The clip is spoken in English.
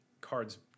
cards